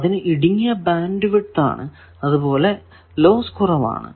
അതിനു ഇടുങ്ങിയ bandwidth ആണ് അതുപോലെ ലോസ് കുറവാണു